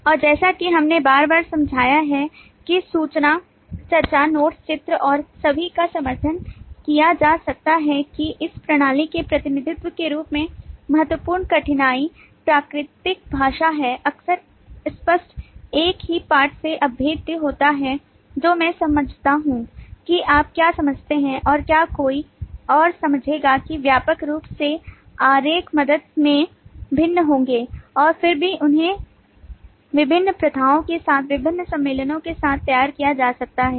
और जैसा कि हमने बार बार समझाया है कि सूचना चर्चा नोट्स चित्र और सभी का समर्थन किया जा सकता है कि इस प्रणाली के प्रतिनिधित्व के रूप में महत्वपूर्ण कठिनाई प्राकृतिक भाषा है अक्सर अस्पष्ट एक ही पाठ से अभेद्य होता है जो मैं समझता हूं कि आप क्या समझते हैं और क्या कोई और समझेगा कि व्यापक रूप से आरेख मदद में भिन्न होंगे और फिर भी उन्हें विभिन्न प्रथाओं के साथ विभिन्न सम्मेलनों के साथ तैयार किया जा सकता है